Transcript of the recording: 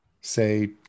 say